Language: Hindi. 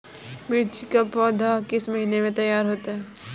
मिर्च की पौधा किस महीने में तैयार होता है?